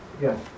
Yes